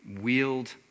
wield